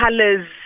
colors